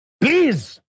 Please